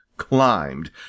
climbed